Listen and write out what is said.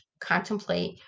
contemplate